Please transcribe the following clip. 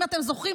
אם אתם זוכרים,